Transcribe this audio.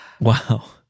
Wow